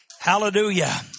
Hallelujah